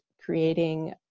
creating